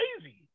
crazy